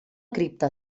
cripta